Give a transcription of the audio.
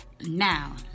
now